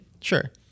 Sure